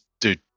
Dude